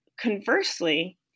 Conversely